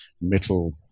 metal